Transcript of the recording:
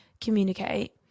communicate